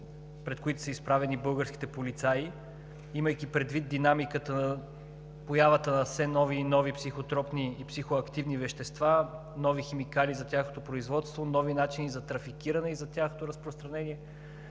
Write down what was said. пред които са изправени българските полицаи, имайки предвид динамиката, появата на все нови и нови психотропни и психоактивни вещества, нови химикали за тяхното производство, нови начини за трафикиране и за тяхното разпространение,